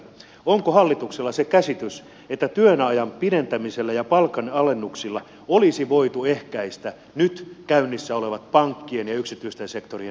onko hallituksella se käsitys että työajan pidentämisellä ja palkanalennuksilla olisi voitu ehkäistä nyt käynnissä olevat pankkien ja yksityisten sektorien irtisanomiset